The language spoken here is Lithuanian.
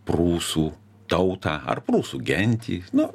prūsų tautą ar prūsų gentį nu